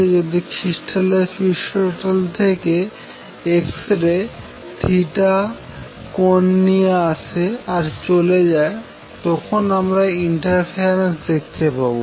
যদি ক্রিস্টালের পৃষ্ঠতল থেকে x রে কোন নিয়ে আসে আর চলে যায় তখন আমরা ইন্টারফেরেন্স দেখতে পাবো